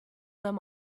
them